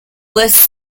lists